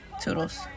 toodles